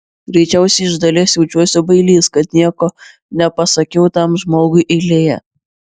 greičiausiai iš dalies jaučiuosi bailys kad nieko nepasakiau tam žmogui eilėje